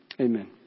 Amen